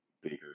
bigger